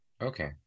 Okay